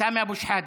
סמי אבו שחאדה.